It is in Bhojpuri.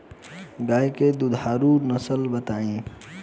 गाय के दुधारू नसल बताई?